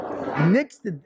next